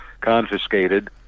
confiscated